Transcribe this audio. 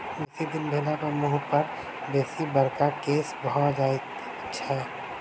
बेसी दिन भेलापर मुँह पर बेसी बड़का केश भ जाइत छै